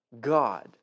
God